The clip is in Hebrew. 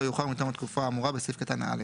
יאוחר מתום התקופה האמורה בסעיף קטן (א).